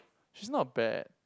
she's not bad